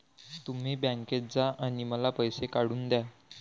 तुम्ही बँकेत जा आणि मला पैसे काढून दया